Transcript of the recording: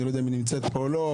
אני לא יודע אם היא נמצאת פה או לא.